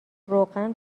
روغن